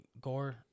Gore